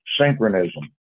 synchronism